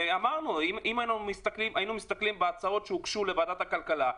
ואמרנו: אם היינו מסתכלים בהצעות שהוגשו לוועדת הכלכלה,